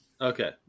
Okay